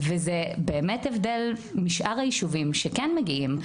וזה באמת הבדל משאר הישובים שכן מגיעים.